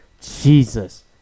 Jesus